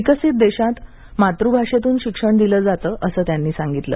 विकसीत देशांत मातृभाषेतून शिक्षण दिलं जातं असं त्यांनी सांगितलं